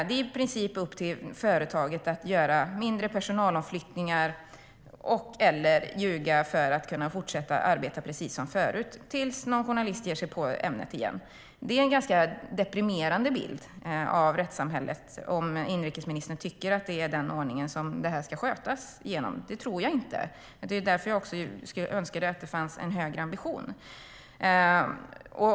Det är i princip upp till företaget att göra mindre personalomflyttningar eller ljuga för att kunna fortsätta arbeta precis som förut tills någon journalist ger sig på ämnet igen. Det är en ganska deprimerande bild av rättssamhället om inrikesministern tycker att detta är den ordning som ska gälla för hur detta ska skötas. Det tror jag inte. Därför önskar jag att det fanns en högre ambition.